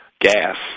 gas